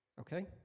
Okay